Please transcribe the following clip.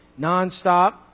nonstop